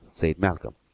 said malcolm.